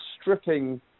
stripping